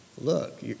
look